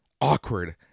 awkward